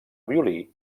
violí